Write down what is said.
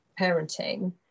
parenting